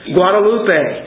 Guadalupe